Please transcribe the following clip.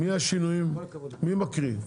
מי מקריא?